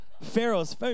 Pharaoh's